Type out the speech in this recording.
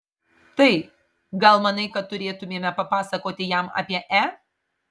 tai gal manai kad turėtumėme papasakoti jam apie e